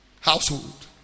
household